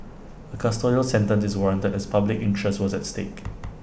A custodial sentence is warranted as public interest was at stake